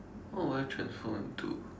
what would I transform into